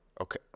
okay